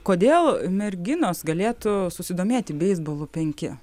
kodėl merginos galėtų susidomėti beisbolu penki